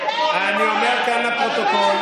אני אומר כאן לפרוטוקול,